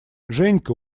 женька